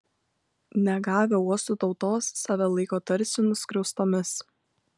negavę uostų tautos save laiko tarsi nuskriaustomis